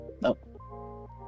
Nope